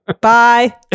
Bye